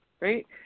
right